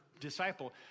Disciple